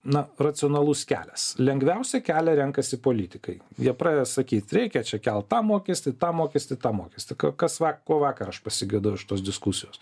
na racionalus kelias lengviausią kelią renkasi politikai jie pradeda sakyt reikia čia kelt tą mokestį tą mokestį tą mokestį kas va ko vakar aš pasigedau iš tos diskusijos